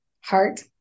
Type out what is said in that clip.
heart